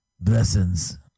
Blessings